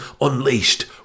unleashed